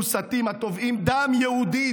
מוסתים התובעים: דם יהודי,